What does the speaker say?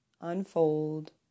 unfold